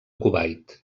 kuwait